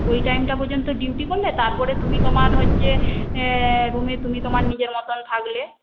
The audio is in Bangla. ওই টাইমটা পর্যন্ত ডিউটি করলে তারপরে তুমি তোমার হচ্ছে রুমে তুমি তোমার নিজের মতন থাকলে